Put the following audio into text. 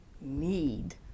need